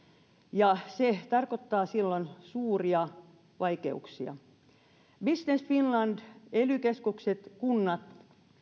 ja se tarkoittaa silloin suuria vaikeuksia business finland ely keskukset kunnat